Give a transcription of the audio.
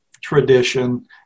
tradition